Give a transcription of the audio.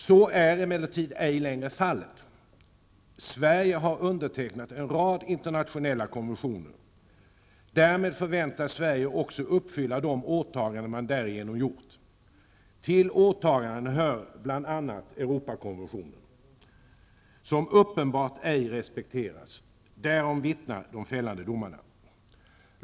Så är emellertid ej längre fallet. Sverige har undertecknat en rad internationella konventioner. Därmed förväntas Sverige också uppfylla de åtaganden man därigenom gjort. Till åtagandena hör bl.a. Europakonventionen, som uppenbart ej respekteras. Därom vittnar de fällande domarna.